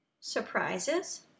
surprises